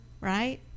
Right